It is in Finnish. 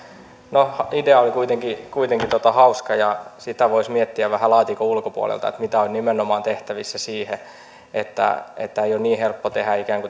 no idea oli kuitenkin kuitenkin hauska ja sitä voisi miettiä vähän laatikon ulkopuolelta mitä on tehtävissä nimenomaan siihen että että ei ole niin helppo tehdä